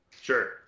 Sure